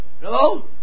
Hello